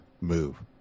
move